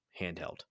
handheld